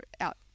out